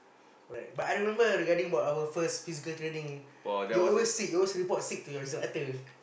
like but I remember regarding about our first physical training you always sick you always report sick to your instructor